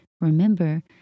remember